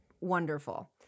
wonderful